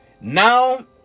Now